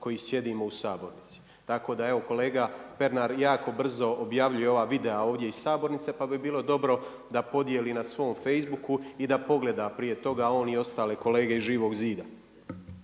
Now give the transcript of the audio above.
koji sjedimo u sabornici. Tako da evo kolega Pernar jako brzo objavljuje ova videa ovdje iz sabornice pa bi bilo dobro da podjeli na svom facebooku i da pogleda prije toga on i ostale kolege iz Živog zida.